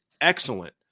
excellent